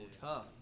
tough